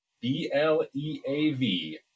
B-L-E-A-V